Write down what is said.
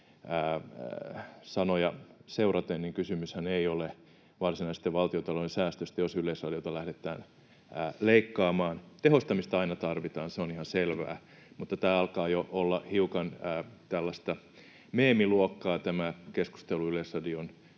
sanoja seuraten kysymyshän ei ole varsinaisesti valtiontalouden säästöstä, jos Yleisradiolta lähdetään leikkaamaan. Tehostamista aina tarvitaan, se on ihan selvää, mutta tämä alkaa jo olla hiukan tällaista meemiluokkaa tämä keskustelu Yleisradion